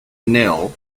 nil